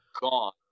gone